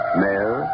mayor